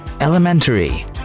Elementary